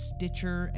Stitcher